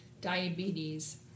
diabetes